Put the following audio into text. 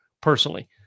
personally